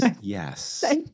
yes